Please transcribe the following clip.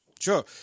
Sure